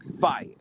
fire